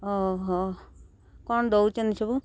ଓହୋ କ'ଣ ଦେଉଛନ୍ତି ସବୁ